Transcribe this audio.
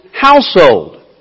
household